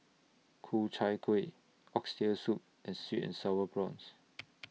Ku Chai Kuih Oxtail Soup and Sweet and Sour Prawns